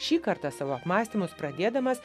šį kartą savo apmąstymus pradėdamas